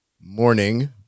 morning